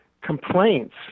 complaints